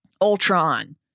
Ultron